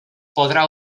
podrà